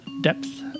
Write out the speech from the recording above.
depth